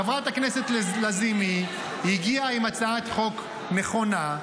חברת הכנסת לזימי הגיעה עם הצעת חוק נכונה,